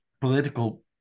political